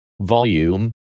volume